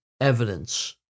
evidence